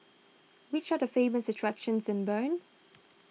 which are the famous attractions in Bern